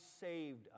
saved